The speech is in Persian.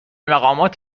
مقامات